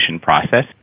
process